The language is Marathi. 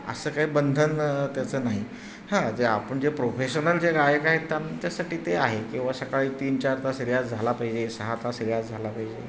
असं काही बंधन त्याचं नाही हां जे आपण जे प्रोफेशनल जे गायक आहेत त्याच्यासाठी ते आहे किंवा सकाळी तीन चार तास रियाज झाला पाहिजे सहा तास रियाज झाला पाहिजे